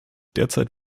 derzeit